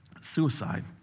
suicide